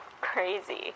crazy